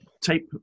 tape